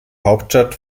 hauptstadt